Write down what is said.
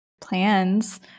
plans